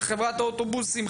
של חברת האוטובוסים,